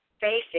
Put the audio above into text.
facing